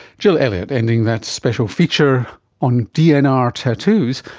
jill elliott, ending that special feature on dnr tattoos,